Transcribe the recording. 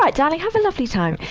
but darling have a lovely time